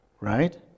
right